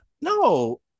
no